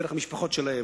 דרך המשפחות שלהם,